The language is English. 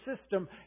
system